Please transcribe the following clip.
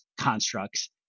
constructs